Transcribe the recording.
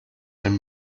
den